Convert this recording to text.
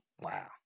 Wow